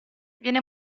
viene